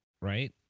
right